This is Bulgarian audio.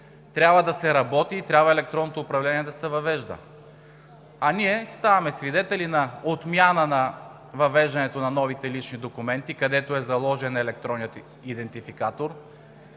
Трябва да се работи и трябва електронното управление да се въвежда, а ние ставаме свидетели на отмяна на въвеждането на новите лични документи, където е заложен електронният идентификатор.